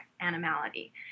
animality